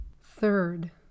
Third